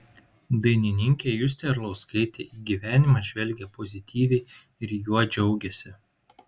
dainininkė justė arlauskaitė į gyvenimą žvelgia pozityviai ir juo džiaugiasi